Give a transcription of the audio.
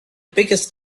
biggest